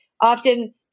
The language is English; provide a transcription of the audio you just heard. often